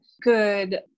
good